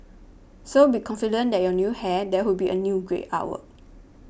so be confident that your new hair there would be a great artwork